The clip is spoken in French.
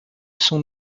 son